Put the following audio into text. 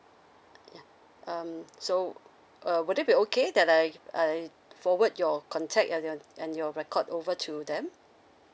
um so uh would that be okay that I I forward your contact and your and your record over to them